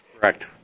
correct